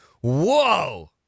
Whoa